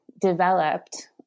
developed